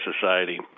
society